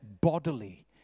bodily